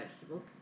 vegetable